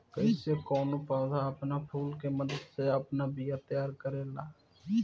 कइसे कौनो पौधा आपन फूल के मदद से आपन बिया तैयार करेला